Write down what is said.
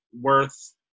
worth